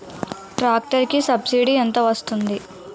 Tractor కి subsidy ఎంత వస్తుంది?